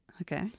Okay